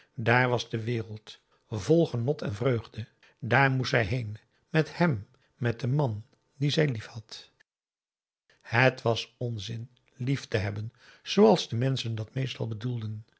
dààr was de wereld vol genot en vreugde dààr moest zij heen met hem met den man dien zij liefhad het was onzin lief te hebben zooals de menschen dat meestal bedoelden